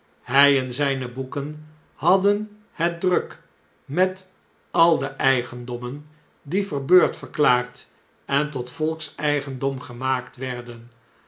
hjj en zjne boeken hadden het druk met al de eigendommen die verbeurdverklaard en tot volkseigendom gemaakt werden